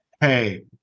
hey